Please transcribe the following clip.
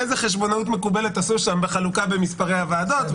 איזה חשבונאות מקובלת עשו שם בחלוקה במספרי הוועדות.